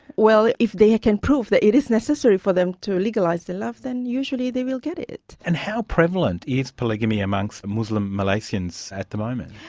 well, if they can prove that it is necessary for them to legalise their love, then usually they will get it. and how prevalent is polygamy amongst muslim malaysians at the moment?